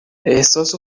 احساس